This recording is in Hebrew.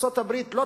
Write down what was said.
ארצות-הברית לא